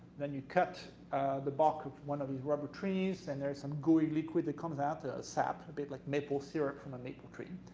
then you cut the bark of one of these rubber trees, and there's some gooey liquid that comes out as sap, a bit like maple syrup from a maple tree,